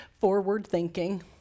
forward-thinking